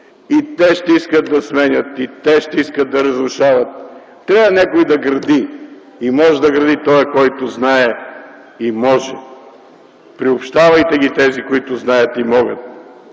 и те ще искат да сменят, и те ще искат да разрушават. Трябва някой да гради. Може да гради тоя, който знае и може. Приобщавайте тези, които знаят и могат,